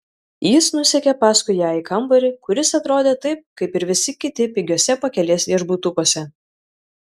jis nusekė paskui ją į kambarį kuris atrodė taip kaip ir visi kiti pigiuose pakelės viešbutukuose